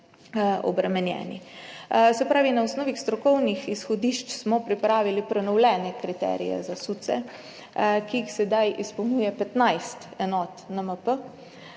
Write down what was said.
obremenjeni. Se pravi, na osnovi strokovnih izhodišč smo pripravili prenovljene kriterije za SUC, ki jih sedaj izpolnjuje 15 enot NMP.